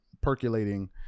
percolating